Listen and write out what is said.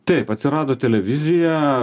taip atsirado televizija